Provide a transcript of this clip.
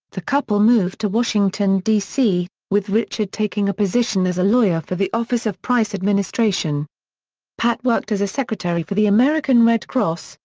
the couple moved to washington, d c, with richard taking a position as a lawyer for the office of price administration pat worked as a secretary for the american red cross,